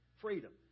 Freedom